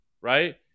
right